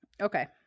Okay